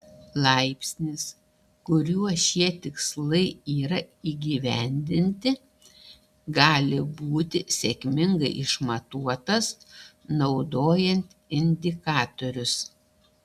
laipsnis kuriuo šie tikslai yra įgyvendinti gali būti sėkmingai išmatuotas naudojant indikatorius